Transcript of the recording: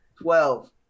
Twelve